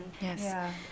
Yes